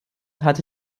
hatte